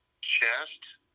chest